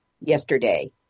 yesterday